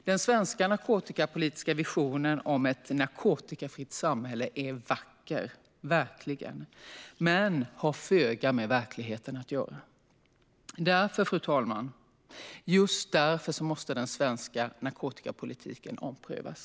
Den svenska narkotikapolitiska visionen om ett narkotikafritt samhälle är vacker, verkligen, men den har föga med verkligheten att göra. Just därför, fru talman, måste den svenska narkotikapolitiken omprövas.